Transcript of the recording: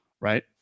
right